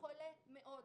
חולה מאוד.